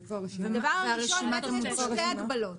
יש שתי הגבלות.